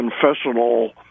confessional